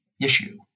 issue